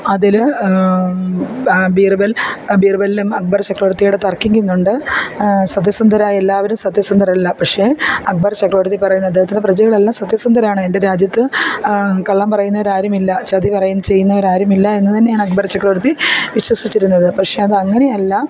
അതിൽ ബീര്ബല് ബീര്ബലും അക്ബര് ചക്രവര്ത്തിയോട് തര്ക്കിക്കുന്നുണ്ട് സത്യസന്ധരായ എല്ലാവരും സത്യസന്ധരല്ല പക്ഷേ അക്ബര് ചക്രവര്ത്തി പറയുന്നത് അദ്ദേഹത്തിൻ്റെ പ്രജകളെല്ലാം സത്യസന്ധരാണ് എന്റെ രാജ്യത്ത് കള്ളം പറയുന്നവരാരുമില്ല ചതി പറയ് ചെയ്യുന്നവരാരുമില്ല എന്നു തന്നെയാണ് അക്ബര് ചക്രവര്ത്തി വിശ്വസിച്ചിരുന്നത് പക്ഷേ അതങ്ങനെയല്ല